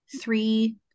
three